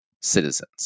citizens